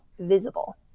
visible